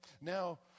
Now